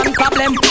problem